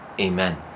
Amen